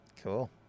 Cool